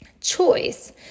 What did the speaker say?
Choice